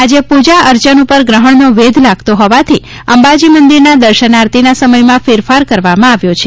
આજે પુજા અર્ચન ઉપર ગ્રહણનો વેધ લાગતો હોવાથી અંબાજી મંદિર નાં દર્શન આરતી નાં સમય માં ફેરફાર કરવામાં આવ્યો છે